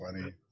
funny